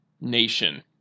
Nation